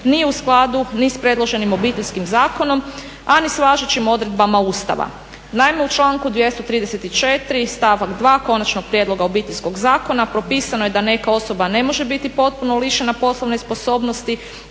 nije u skladu ni sa predloženim obiteljskim zakonom a ni sa važećim odredbama Ustava. Naime, u članku 234. stavak 2 Konačnog prijedloga Obiteljskog zakona propisano je da neka osoba ne može biti potpuno lišena poslovne sposobnosti